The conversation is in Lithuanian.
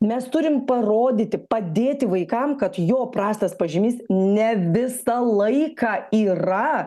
mes turim parodyti padėti vaikam kad jo prastas pažymys ne visą laiką yra